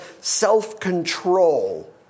self-control